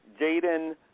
Jaden